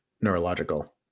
neurological